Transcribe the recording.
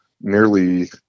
nearly